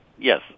Yes